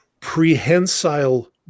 prehensile